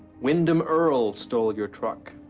windom earle stole your truck.